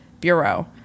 Bureau